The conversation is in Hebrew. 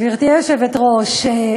גברתי היושבת-ראש,